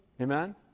Amen